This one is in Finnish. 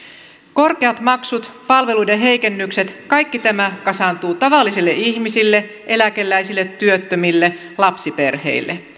korkeat maksut palveluiden heikennykset kaikki tämä kasaantuu tavallisille ihmisille eläkeläisille työttömille lapsiperheille